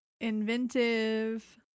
inventive